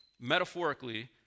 metaphorically